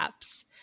apps